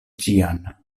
ĉian